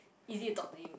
easy to talk to him